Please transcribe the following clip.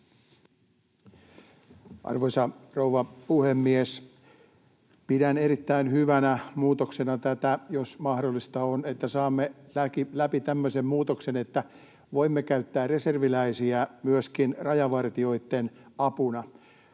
Arvoisa rouva puhemies! Pidän erittäin hyvänä muutoksena tätä, jos mahdollista on, että saamme läpi tämmöisen muutoksen, että voimme käyttää reserviläisiä myöskin rajavartijoitten apuna.